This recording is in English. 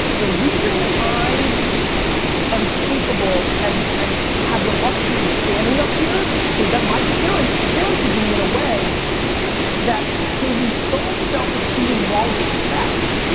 the reason i am capable and and have the luxury of standing up here is that my parents parented me in a way that gave me so much self-esteem, while respect.